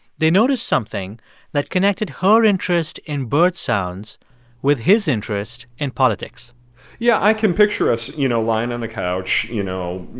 they noticed something that connected her interest in bird sounds with his interest in politics yeah, i can picture us, you know, lying on the couch, you know,